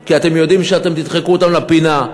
כי אתם יודעים שאתם תדחקו אותם לפינה.